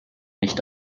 nicht